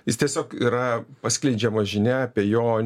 jis tiesiog yra paskleidžiama žinia apie jo